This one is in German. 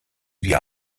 wir